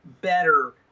better